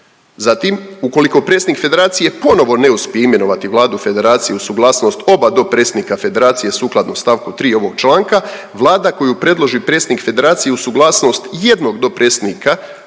Zatim „ukoliko predsjednik Federacije ponovo ne uspije imenovati Vladu Federacije uz suglasnost oba dopredsjednika Federacije sukladno st. 3. ovog članka, Vlada koju predloži predsjednik Federacije uz suglasnost ijednog dopredsjednika